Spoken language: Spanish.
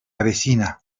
avecina